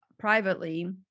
Privately